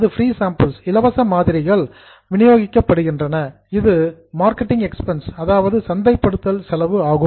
free sample மாதிரிகள் இவை இலவசமாக டிஸ்ட்ரிபியூட்டட் விநியோகிக்கப்படுகின்றன இது மார்க்கெட்டிங் எக்ஸ்பென்ஸ் சந்தைப்படுத்தல் செலவு ஆகும்